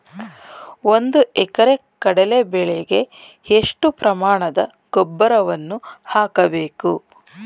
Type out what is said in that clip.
ಒಂದು ಎಕರೆ ಕಡಲೆ ಬೆಳೆಗೆ ಎಷ್ಟು ಪ್ರಮಾಣದ ಗೊಬ್ಬರವನ್ನು ಹಾಕಬೇಕು?